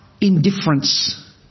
indifference